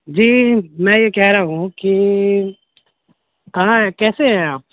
جی میں یہ کہہ رہا ہوں کہ کہاں ہیں کیسے ہیں آپ